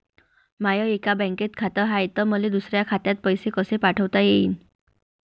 माय एका बँकेत खात हाय, त मले दुसऱ्या खात्यात पैसे कसे पाठवता येईन?